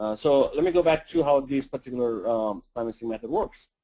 so let me go back to how this particular financing method works.